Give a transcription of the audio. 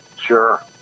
Sure